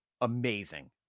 amazing